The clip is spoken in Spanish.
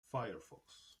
firefox